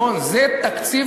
שנייה,